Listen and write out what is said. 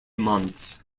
months